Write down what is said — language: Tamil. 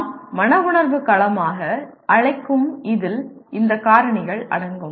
நாம் மன உணர்வு களமாக அழைக்கும் இதில் இந்த காரணிகள் அடங்கும்